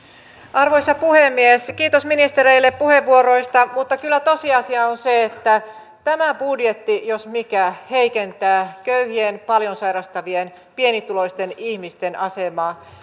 arvoisa puhemies kiitos ministereille puheenvuoroista mutta kyllä tosiasia on se että tämä budjetti jos mikä heikentää köyhien paljon sairastavien pienituloisten ihmisten asemaa